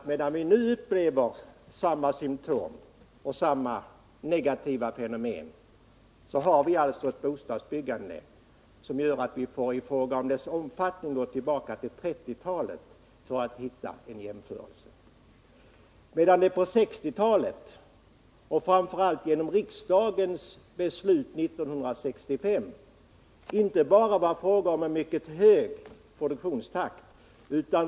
Medan vi i dag upplever samma symtom på bristen har vi alltså ett bostadsbyggande som är så lågt att vi får gå tillbaka till 1930-talet för att hitta en jämförelse. På 1960-talet var det, framför allt genom riksdagens beslut 1965, inte bara fråga om en mycket hög produktionstakt.